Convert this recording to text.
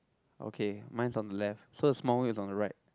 okay mine is on the left so the small wheel is on the right